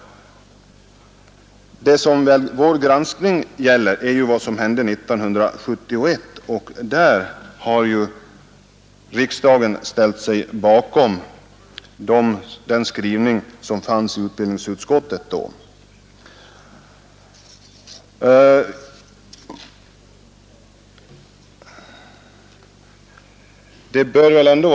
Det som vår granskning gäller är ju vad som hände 1971, och riksdagen har alltså ställt sig bakom den skrivning som utbildningsutskottet då gjorde.